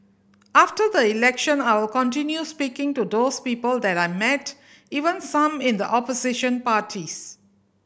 after the election I will continue speaking to those people that I met even some in the opposition parties